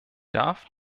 darf